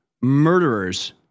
murderers